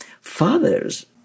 father's